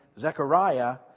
Zechariah